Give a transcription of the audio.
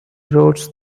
routes